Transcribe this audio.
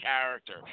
character